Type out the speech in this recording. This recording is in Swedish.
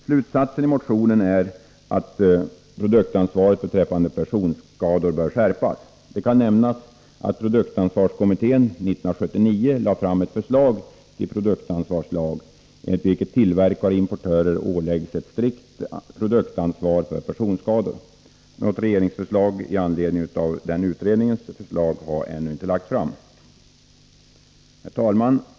Slutsatsen i motionen är att produktansvaret beträffande personskador bör skärpas. Det kan nämnas att produktansvarskommittén 1979 lade fram ett förslag till produktansvarslag, enligt vilket tillverkare och importörer åläggs ett strikt produktansvar för personskador. Något regeringsförslag i anledning av utredningens lagförslag har ännu inte lagts fram. Herr talman!